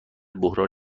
بحران